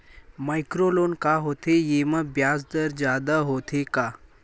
Micro loan का होथे येमा ब्याज दर जादा होथे का?